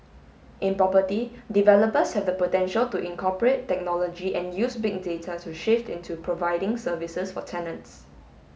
in property developers have the potential to incorporate technology and use Big Data to shift into providing services for tenants